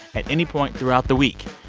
at any point throughout the week.